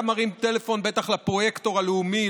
בטח היה מרים טלפון לפרויקטור הלאומי,